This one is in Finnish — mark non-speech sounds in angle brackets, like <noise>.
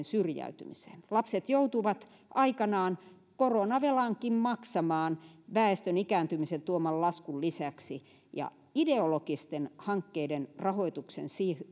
<unintelligible> syrjäytymiseen lapset joutuvat aikanaan koronavelankin maksamaan väestön ikääntymisen tuoman laskun lisäksi ja ideologisten hankkeiden rahoituksen